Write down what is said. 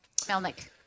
Melnick